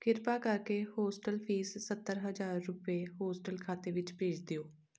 ਕਿਰਪਾ ਕਰਕੇ hostel fees ਸੱਤਰ ਹਜ਼ਾਰ ਰੁਪਏ ਹੋਸਟਲ ਖਾਤੇ ਵਿੱਚ ਭੇਜ ਦਿਓ